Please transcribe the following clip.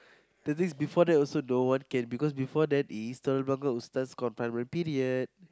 the days before that also no one cares because before that is telok-blangah Ustad confinement period